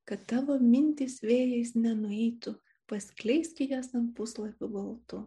kad tavo mintys vėjais nenueitų paskleiski jas ant puslapių baltų